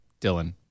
Dylan